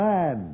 Man